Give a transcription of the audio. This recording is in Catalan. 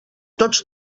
tots